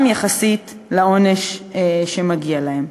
גם יחסית לעונש שמגיע להם.